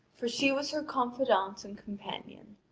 for she was her confidante and companion.